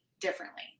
differently